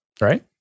right